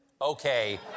Okay